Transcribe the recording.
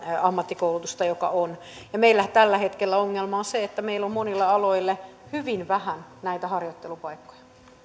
ammattikoulutusta joka on meillä tällä hetkellä ongelma on se että meillä on monilla aloilla hyvin vähän näitä harjoittelupaikkoja